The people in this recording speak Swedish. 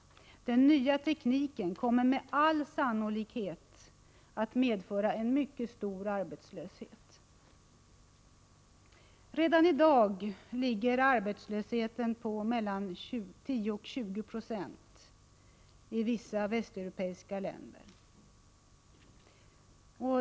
Den nya tekniken kommer med all sannolikhet att medföra en mycket stor arbetslöshet. Redan i dag ligger arbetslösheten på 10-20 96 i vissa västeuropeiska länder.